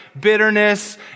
bitterness